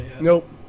Nope